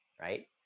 right